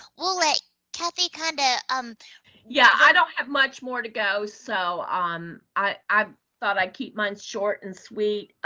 we'll let cathy kinda um yeah, i don't have much more to go. so um i thought i'd keep mine short and sweet.